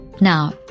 Now